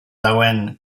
dagoen